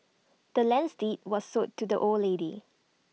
the land's deed was sold to the old lady